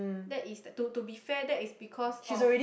that is like to to be fair that is because of